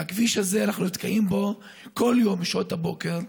והכביש הזה, אנחנו נתקעים בו כל יום בשעות הבוקר,